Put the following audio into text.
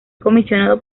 comisionado